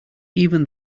even